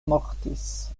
mortis